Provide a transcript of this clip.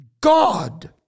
God